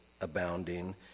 abounding